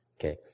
Okay